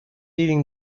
eating